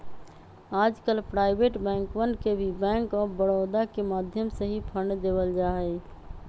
आजकल प्राइवेट बैंकवन के भी बैंक आफ बडौदा के माध्यम से ही फंड देवल जाहई